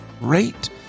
rate